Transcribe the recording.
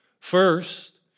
First